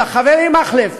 חברי מקלב,